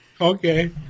Okay